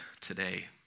today